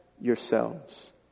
yourselves